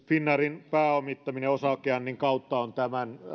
finnairin pääomittaminen osakeannin kautta on tämän